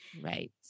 right